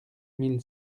mille